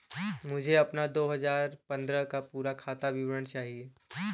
मुझे अपना दो हजार पन्द्रह का पूरा खाता विवरण दिखाएँ?